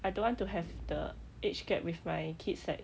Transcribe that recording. I don't want to have the age gap with my kids like